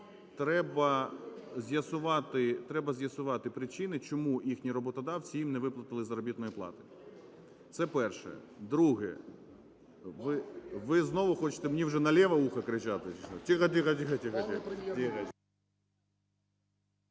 Треба з'ясувати причини, чому їхні роботодавці їм не виплатили заробітної плати. Це перше. Друге. Ви знову хочете мені вже на ліве ухо кричати чи що? Тихо, тихо,